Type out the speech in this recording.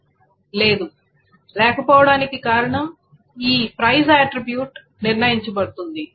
ఇది లేదు ఇది లేకపోవటానికి కారణం ఈ ప్రైస్ ఆట్రిబ్యూట్ నిర్ణయించబడుతుంది